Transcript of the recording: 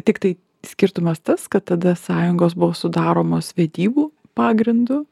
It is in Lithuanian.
tiktai skirtumas tas kad tada sąjungos buvo sudaromos vedybų pagrindu